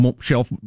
shelf